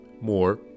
more